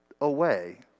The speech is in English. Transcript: away